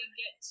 get